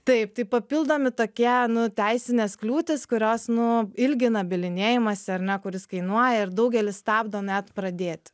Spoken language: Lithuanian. taip tai papildomi tokie nu teisinės kliūtys kurios nu ilgina bylinėjimąsi ar ne kuris kainuoja ir daugelį stabdo net pradėti